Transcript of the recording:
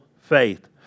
faith